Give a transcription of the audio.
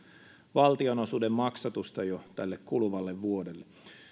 valtionosuuden maksatusta jo tälle kuluvalle vuodelle